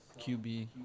QB